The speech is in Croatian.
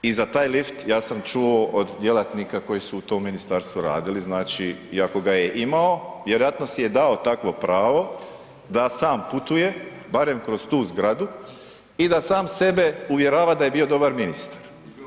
I za taj lift ja sam čuo od djelatnika koji su u tom ministarstvu radili, znači, iako ga je imao vjerojatno si je dao takvo pravo da sam putuje barem kroz tu zgradu i da sam sebe uvjerava da je bio dobar ministar.